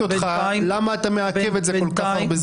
אותך: למה אתה מעכב את זה כל כך הרבה זמן?